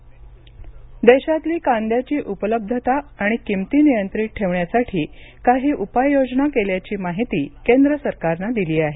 कांदा देशातली कांद्याची उपलब्धता आणि किमती नियंत्रित ठेवण्यासाठी काही उपाययोजना केल्याची माहिती केंद्र सरकारनं दिली आहे